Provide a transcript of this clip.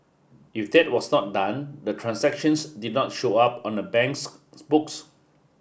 if that was not done the transactions did not show up on the bank's books